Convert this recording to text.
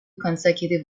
consecutive